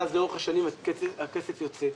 ואז לאורך השנים הכסף יוצא.